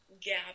gap